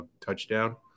touchdown